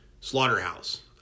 slaughterhouse